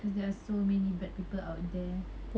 cause there are so many bad people out here